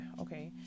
okay